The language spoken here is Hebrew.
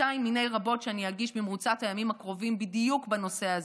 שתיים מיני רבות שאני אגיש במרוצת הימים הקרובים בדיוק בנושא הזה.